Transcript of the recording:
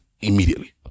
immediately